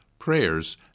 prayers